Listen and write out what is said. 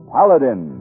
Paladin